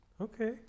okay